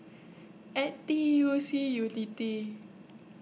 N T U C Unity